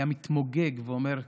היה מתמוגג ואומר: